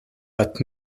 but